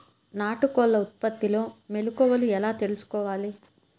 నాటుకోళ్ల ఉత్పత్తిలో మెలుకువలు ఎలా తెలుసుకోవాలి?